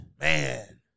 Man